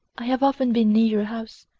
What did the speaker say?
i have often been near your house,